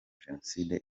jenoside